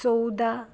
चोवदा